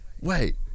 wait